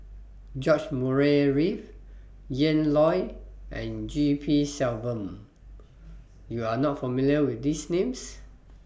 George Murray Reith Ian Loy and G P Selvam YOU Are not familiar with These Names